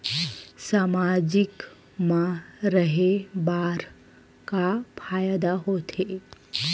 सामाजिक मा रहे बार का फ़ायदा होथे?